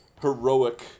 heroic